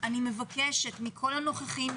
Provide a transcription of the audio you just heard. אבקש מכל הנוכחים,